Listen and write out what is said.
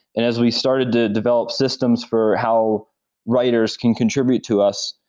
and as we started to develop systems for how writers can contribute to us,